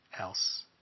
else